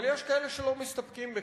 אבל יש כאלה שלא מסתפקים בכך.